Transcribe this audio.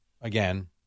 again